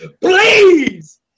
please